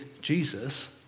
Jesus